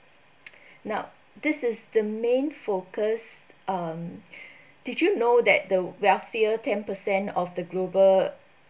now this is the main focus um did you know that the wealthier ten percent of the global